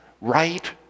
Right